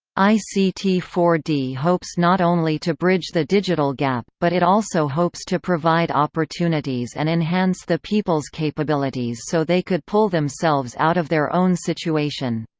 i c t four d hopes not only to bridge the digital gap, but it also hopes to provide opportunities and enhance the people's capabilities so they could pull themselves out of their own situation.